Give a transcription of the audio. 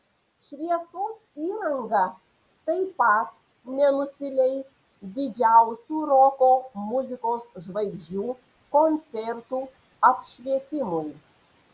šviesos įranga taip pat nenusileis didžiausių roko muzikos žvaigždžių koncertų apšvietimui